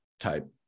Type